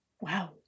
Wow